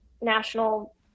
national